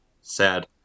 Sad